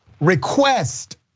request